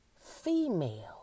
female